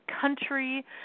country